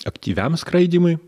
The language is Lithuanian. aktyviam skraidymui